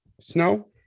snow